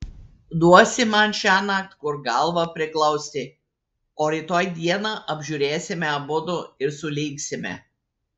duosi man šiąnakt kur galvą priglausti o rytoj dieną apžiūrėsime abudu ir sulygsime